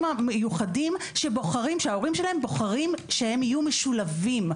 המיוחדים שההורים שלהם בוחרים שהם יהיו משולבים.